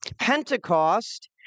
Pentecost